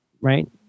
Right